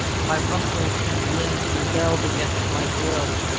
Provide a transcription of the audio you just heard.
my muscles and limbs rebelled against my will.